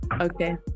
Okay